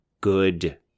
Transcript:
good